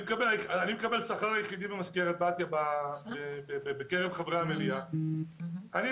מקרב חברי המליאה אני היחיד במזכרת בתיה שמקבל שכר ולי לא